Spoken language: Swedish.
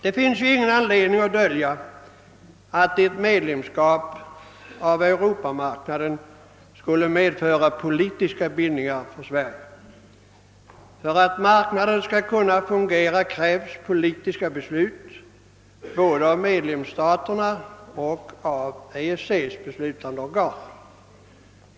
Det finns ingen anledning att dölja att ett medlemskap i Europamarknaden skulle medföra politiska bindningar för Sverige. För att marknaden skall kunna fungera krävs politiska beslut både av medlemsstaterna och av EEC:s beslutande organ.